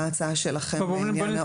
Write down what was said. מה ההצעה שלכם בעניין העונש?